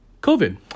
COVID